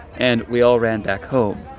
and we all ran back home.